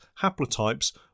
haplotypes